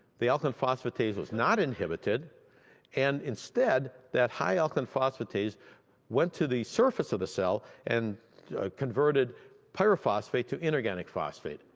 the alkaline phosphatase was not inhibited and instead, that high alkaline phosphatase went to the surface of the cell and converted pyrophosphate to inorganic phosphate.